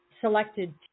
selected